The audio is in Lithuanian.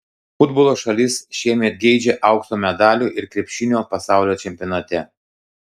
futbolo šalis šiemet geidžia aukso medalių ir krepšinio pasaulio čempionate